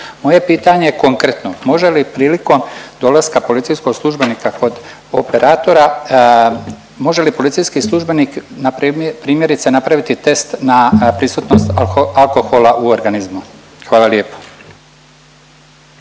je pitanje konkretno, može li prilikom dolaska policijskog službenika kod operatora, može li policijski službenik primjerice napraviti test na prisutnost alkohola u organizmu? Hvala lijepo.